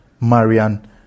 Marian